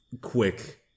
quick